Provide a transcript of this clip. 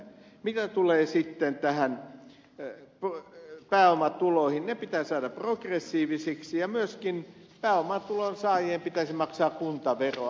mitä tulee sitten näihin pääomatuloihin ne pitää saada progressiivisiksi ja myöskin pääomatulon saajien pitäisi maksaa kuntaveroa